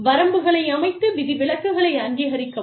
வரம்புகளை அமைத்து விதிவிலக்குகளை அங்கீகரிக்கவும்